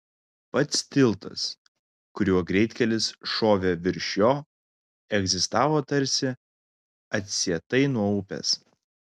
pats tiltas kuriuo greitkelis šovė virš jo egzistavo tarsi atsietai nuo upės